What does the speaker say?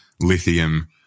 lithium